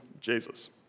Jesus